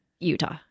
Utah